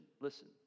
listen